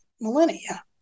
millennia